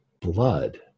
blood